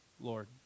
Lord